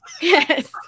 Yes